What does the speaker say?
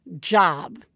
job